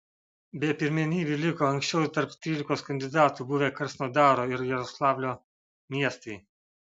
be pirmenybių liko anksčiau tarp trylikos kandidatų buvę krasnodaro ir jaroslavlio miestai